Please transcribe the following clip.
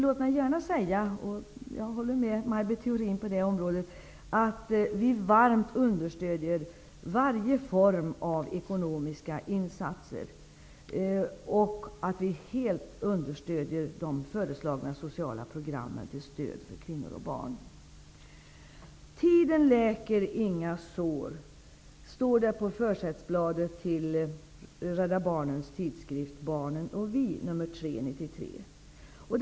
Låt mig gärna säga -- jag håller med Maj Britt Theorin på den punkten -- att vi varmt understöder varje form av ekonomiska insatser och att vi helt understöder de föreslagna sociala programmen till stöd för kvinnor och barn. ''Tiden läker inga sår'' står det på försättsbladet till Rädda barnens tidskrift Barnen och vi nr 3/93.